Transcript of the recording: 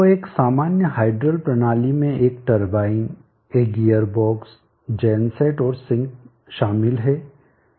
तो एक सामान्य हाइडल प्रणाली में एक टरबाइन एक गियर बॉक्सजेन सेट और सिंक शामिल हैं